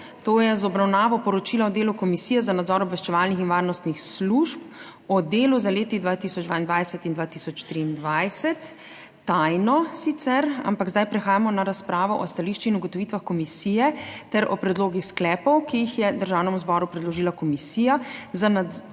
to je z obravnavo Poročila o delu Komisije za nadzor obveščevalnih in varnostnih služb o delu za leti 2022 in 2023**, sicer tajno, ampak zdaj prehajamo na razpravo o stališčih in ugotovitvah komisije ter o predlogih sklepov, ki jih je Državnemu zboru predložila Komisija za nadzor